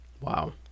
Wow